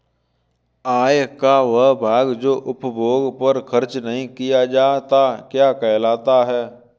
आय का वह भाग जो उपभोग पर खर्च नही किया जाता क्या कहलाता है?